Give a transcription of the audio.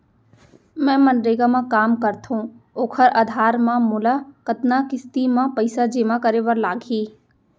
मैं मनरेगा म काम करथो, ओखर आधार म मोला कतना किस्ती म पइसा जेमा करे बर लागही?